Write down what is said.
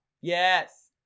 Yes